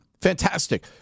Fantastic